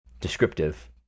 descriptive